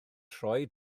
troi